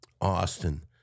Austin